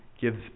gives